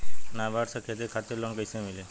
नाबार्ड से खेती खातिर लोन कइसे मिली?